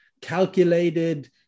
calculated